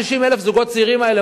ה-160,000 זוגות צעירים האלה,